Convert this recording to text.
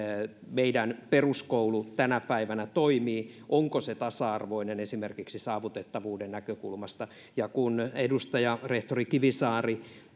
meidän peruskoulu tänä päivänä toimii onko se tasa arvoinen esimerkiksi saavutettavuuden näkökulmasta kun edustaja rehtori kivisaari